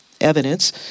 evidence